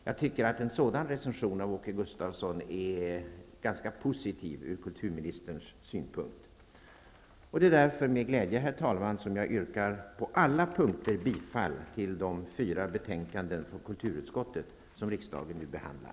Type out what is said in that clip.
Jag tycker att en sådan recension av Åke Gustavsson är ganska positiv ur kulturministerns synpunkt. Herr talman! Det är därför med glädje som jag på alla punkter yrkar bifall till hemställan i de fyra betänkandena från kulturutskottet som riksdagen nu behandlar.